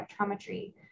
spectrometry